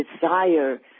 desire